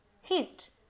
Hint